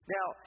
Now